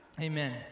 Amen